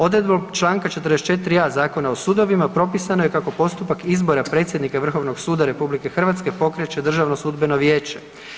Odredbom čl. 44. a) Zakona o sudovima, propisano je kako postupak izbora predsjednika Vrhovnog suda RH pokreće Državno sudbeno vijeće.